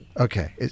Okay